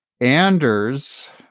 Anders